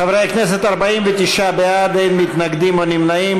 חברי הכנסת, 49 בעד, אין מתנגדים או נמנעים.